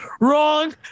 wrong